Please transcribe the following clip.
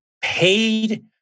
paid